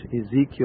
Ezekiel